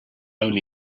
only